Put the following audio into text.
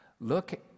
Look